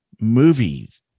movies